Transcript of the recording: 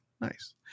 Nice